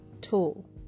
tool